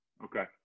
Okay